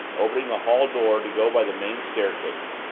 opening the hall door to go by the main staircase.